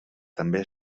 també